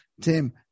Tim